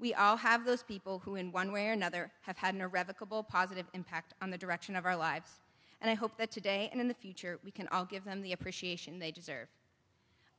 we all have those people who in one way or another have had an irrevocable positive impact on the direction of our lives and i hope that today in the future we can all give them the appreciation they deserve